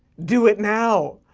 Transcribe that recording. do it now!